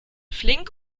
flink